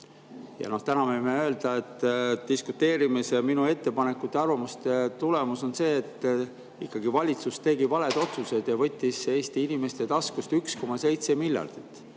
hind. Täna võime öelda, et diskuteerimise ja minu ettepanekute ja arvamuste tulemus on see, et valitsus tegi ikkagi valed otsused ja võttis Eesti inimeste taskust 1,7 miljardit.